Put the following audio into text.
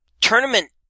tournament